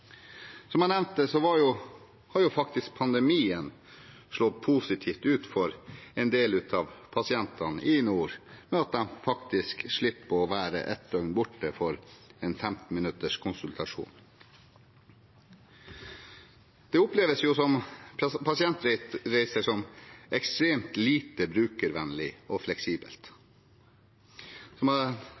Som jeg nevnte, har pandemien faktisk slått positivt ut for en del av pasientene i nord, ved at de slipper å være borte et døgn for en 15 minutters konsultasjon. Pasientreiser oppleves som ekstremt lite brukervennlig og fleksibelt. Som